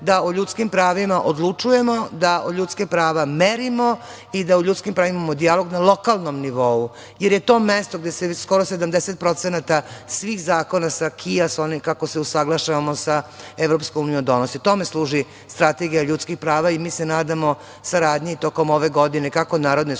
da o ljudskim pravima odlučujemo, da ljudska prava merimo i da o ljudskim pravima imamo dijalog na lokalnom nivou, jer je to mesto gde se skoro 70% svih zakona sa „akia“, sa onim kako se usaglašavamo, sa EU, donosi. Tome služi Strategija ljudskih prava i mi se nadamo saradnji tokom ove godine, kako Narodne skupštine,